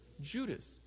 Judas